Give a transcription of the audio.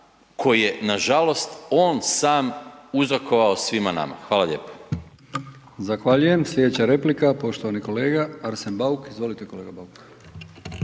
koji je nažalost on sam uzrokovao svima nama. Hvala lijepo.